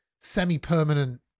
semi-permanent